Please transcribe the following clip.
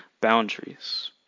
boundaries